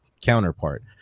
counterpart